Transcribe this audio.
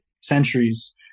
centuries